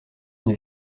une